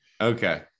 okay